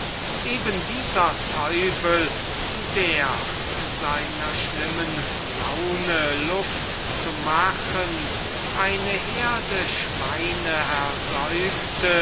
eben dieser teufel der seinem schlimmen humor luft zu machen eine herde schweine